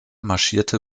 marschierte